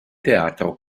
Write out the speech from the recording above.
teatro